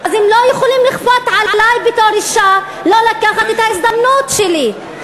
אז הם לא יכולים לכפות עלי בתור אישה לא לקחת את ההזדמנות שלי.